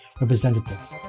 representative